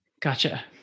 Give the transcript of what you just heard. Gotcha